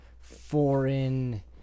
Foreign